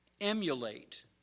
emulate